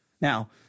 Now